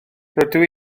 rydw